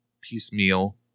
piecemeal